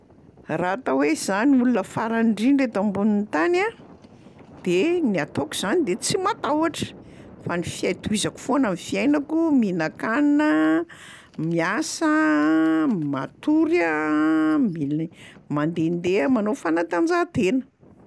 Raha atao hoe za no olona farany ndrindra eto ambony tany a de ny ataoko zany de tsy matahotra. Fa ny fiai- tohizako foana ny fiainako, mihinan-kanina aho a, miasa aho a, matory aho a, mil- mandehandeha manao fanatanjahantena.